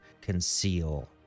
conceal